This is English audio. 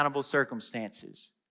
circumstances